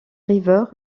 river